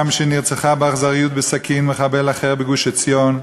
שנרצחה באכזריות בסכין מחבל אחר בגוש-עציון.